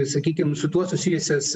sakykim su tuo susijusias